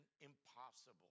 impossible